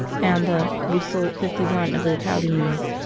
and the bussole fifty one of the vitaliens.